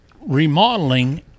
remodeling